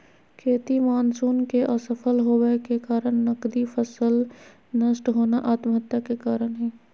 खेती मानसून के असफल होबय के कारण नगदी फसल नष्ट होना आत्महत्या के कारण हई